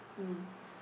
mm